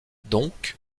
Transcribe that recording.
donc